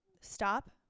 stop